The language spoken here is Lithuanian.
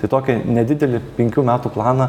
tai tokį nedidelį penkių metų planą